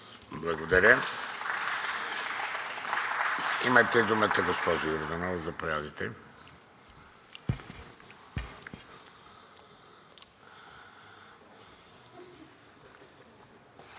Благодаря. Имате думата, госпожо Йорданова, заповядайте.